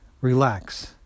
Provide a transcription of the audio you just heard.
relax